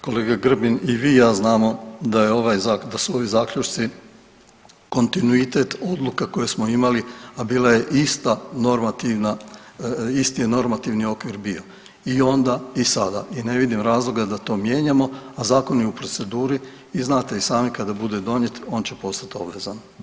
Kolega Grbin, i vi i ja znamo da su ovi zaključci kontinuitet odluka koje smo imali, a bila je ista normativna, isti je normativni okvir bio i onda i sada i ne vidim razloga da to mijenjamo, a zakon je u proceduri i znate i sami kada bude donijet on će postat obvezan.